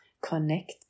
connect